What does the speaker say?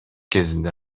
кезинде